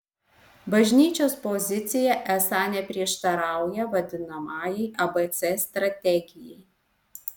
bažnyčios pozicija esą neprieštarauja vadinamajai abc strategijai